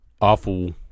awful